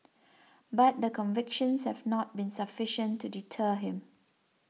but the convictions have not been sufficient to deter him